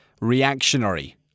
reactionary